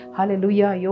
Hallelujah